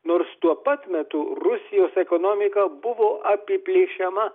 nors tuo pat metu rusijos ekonomika buvo apiplėšiama